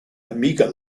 omega